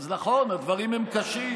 אז נכון, הדברים הם קשים,